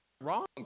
wrong